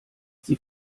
sie